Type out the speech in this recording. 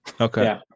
Okay